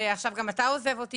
ועכשיו גם אתה עוזב אותי.